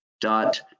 dot